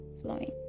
flowing